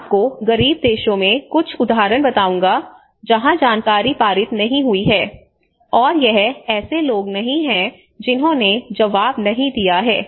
मैं आपको गरीब देशों में कुछ उदाहरण बताऊंगा जहां जानकारी पारित नहीं हुई है और यह ऐसे लोग नहीं हैं जिन्होंने जवाब नहीं दिया है